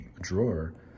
drawer